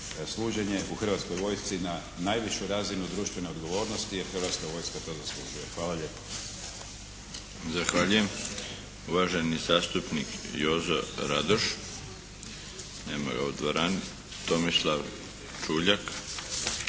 služenje u Hrvatskoj vojsci na najvišu razinu društvene odgovornosti jer Hrvatska vojska to zaslužuje. Hvala lijepo. **Milinović, Darko (HDZ)** Zahvaljujem. Uvaženi zastupnik Jozo Radoš. Nema ga u dvorani. Tomislav Čuljak.